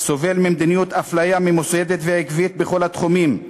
סובל ממדיניות אפליה ממוסדת ועקבית בכל התחומים.